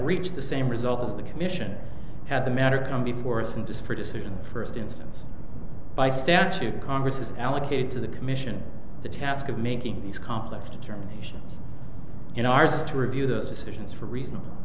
reached the same result of the commission had the matter come before us and just for decision first instance by statute congress has allocated to the commission the task of making these complex determinations in ours to review those decisions for reasonable